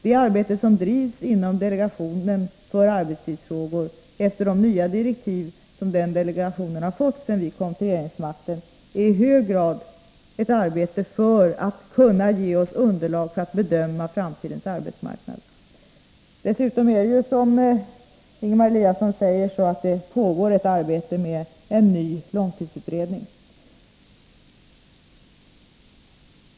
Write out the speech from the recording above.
Det arbete som bedrivs inom delegationen för arbetstidsfrågor efter de nya direktiv som den delegationen har fått sedan vi kom till regeringsmakten är i hög grad ett arbete för att kunna ge oss underlag för en bedömning av framtidens arbetsmarknad. Dessutom pågår, som Ingemar Eliasson säger, arbetet med en ny långtidsutredning.